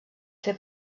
fer